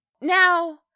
Now